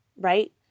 right